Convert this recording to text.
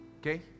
Okay